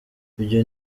ibyo